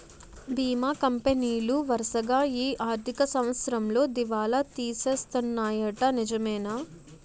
బీమా కంపెనీలు వరసగా ఈ ఆర్థిక సంవత్సరంలో దివాల తీసేస్తన్నాయ్యట నిజమేనా